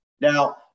Now